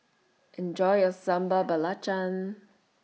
Enjoy your Sambal Belacan